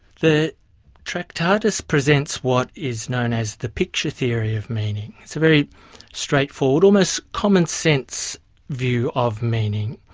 the tractatus presents what is known as the picture theory of meaning. it's a very straightforward, almost commonsense view of meaning.